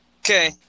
Okay